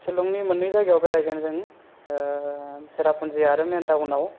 सिलंनि मोननै जायगायाव बेरायगोन जों सेराफुनजि आरो मेन थावनाव